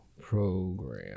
Program